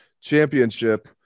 Championship